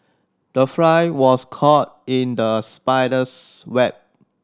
the fly was caught in the spider's web